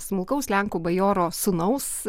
smulkaus lenkų bajoro sūnaus